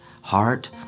Heart